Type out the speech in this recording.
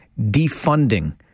defunding